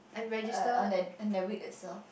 err on that on that week itself